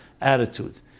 attitude